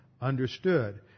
understood